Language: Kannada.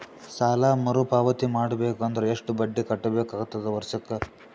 ಸಾಲಾ ಮರು ಪಾವತಿ ಮಾಡಬೇಕು ಅಂದ್ರ ಎಷ್ಟ ಬಡ್ಡಿ ಕಟ್ಟಬೇಕಾಗತದ ವರ್ಷಕ್ಕ?